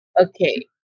Okay